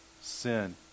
sin